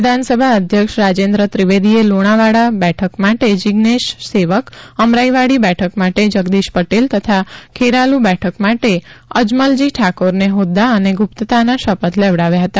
વિધાનસભા અધ્યક્ષ રાજેન્દ્ર ત્રિવેદીએ લુણાવાડા બેઠક માટે જીગ્નેશ સેવક અમરાઇવાડી બેઠક માટે જગદીશ પટેલ તથા ખેરાલુ બેઠક માટે અજમલજી ઠાકોરને હોદૃા અને ગુપ્તતાના શપથ લેવડાવ્યા હતા